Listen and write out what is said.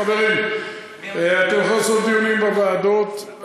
חברים, אתם יכולים לעשות דיונים בוועדות.